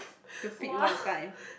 to feed one time